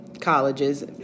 colleges